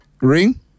ring